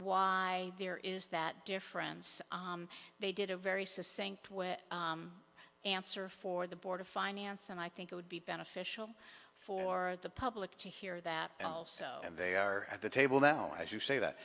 why there is that difference they did a very sustained answer for the board of finance and i think it would be beneficial for the public to hear that also and they are at the table now as you say that